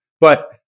But-